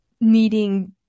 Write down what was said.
needing